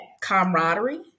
camaraderie